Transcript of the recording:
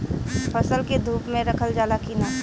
फसल के धुप मे रखल जाला कि न?